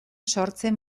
sortzen